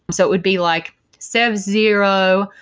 so it would be like sev zero,